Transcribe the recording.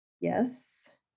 Yes